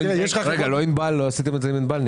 לא עשיתם את זה עם ענבל?